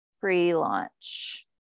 pre-launch